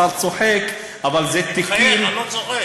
השר צוחק, אבל זה תיקים, אני מחייך, אני לא צוחק.